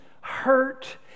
hurt